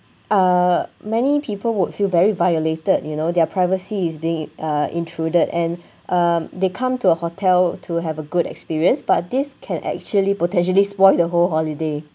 uh many people would feel very violated you know their privacy is being uh intruded and uh they come to a hotel to have a good experience but this can actually potentially spoil the whole holiday